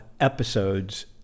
episodes